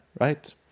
right